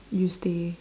you stay